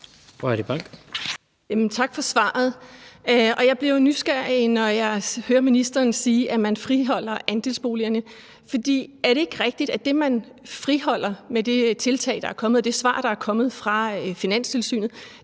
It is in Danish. Tak for svaret. Jeg bliver jo nysgerrig, når jeg hører ministeren sige, at man friholder andelsboligerne, for er det ikke rigtigt, at det, man friholder, er andelsboligforeningerne? Med det svar, der er kommet fra Finanstilsynet,